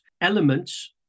elements